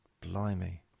blimey